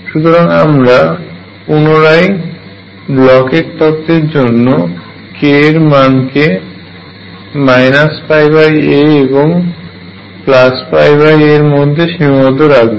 সুতরাং আমরা পুনরায় ব্লকের তত্ত্বের জন্য k এর মান কে a এবং a এর মধ্যে সীমাবদ্ধ রাখব